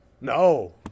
No